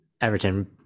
everton